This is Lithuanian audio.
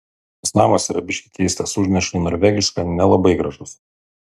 tas namas yra biški keistas užneša į norvegišką nelabai gražus